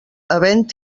havent